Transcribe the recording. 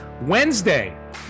Wednesday